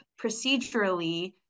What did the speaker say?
procedurally